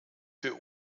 für